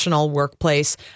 workplace